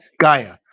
Gaia